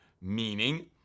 meaning